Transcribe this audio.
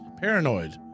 Paranoid